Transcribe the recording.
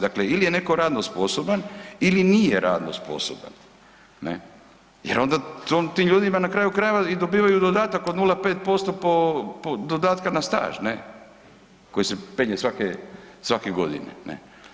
Dakle, ili je netko radno sposoban ili nije radno sposoban ne, jer onda tim ljudima na kraju krajeva i dobivaju dodatak od 0,5% po dodatka na staž ne koji se penje svake godine, ne.